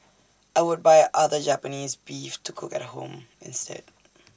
I would buy other Japanese Beef to cook at home instead